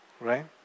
Right